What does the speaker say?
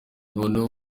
noneho